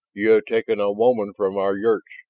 you have taken a woman from our yurts,